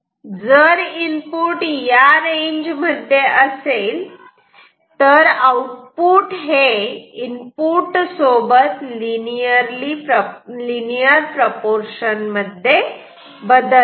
तेव्हा जर इनपुट या रेंज मध्ये असेल तर आउटपुट हे इनपुट सोबत लिनियर प्रोपोर्शन मध्ये बदलते